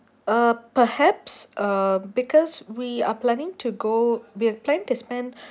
uh perhaps uh because we are planning to go we are planning to spend